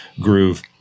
groove